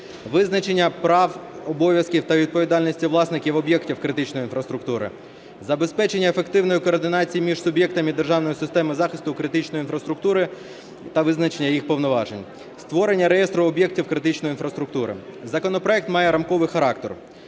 Визначення прав, обов'язків та відповідальності власників об'єктів критичної інфраструктури. Забезпечення ефективної координації між суб'єктами державної системи захисту критичної інфраструктури та визначення їх повноважень. Створення реєстру об'єктів критичної інфраструктури. Законопроект має рамковий характер.